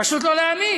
פשוט לא להאמין.